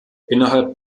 innerhalb